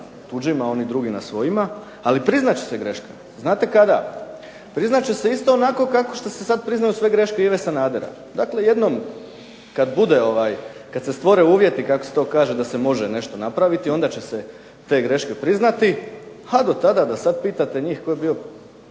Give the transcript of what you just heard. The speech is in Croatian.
tuđima,a oni drugi na svojima, ali priznat će se greška. Znate kada? Priznat će se isto onako kao što se sad priznaju sve greške Ive Sanadera. Dakle, jednom kad bude, kad se stvore uvjeti kako se to kaže da se može nešto napraviti onda će se te greške priznati, a dotada da sad pitate njih tko je bio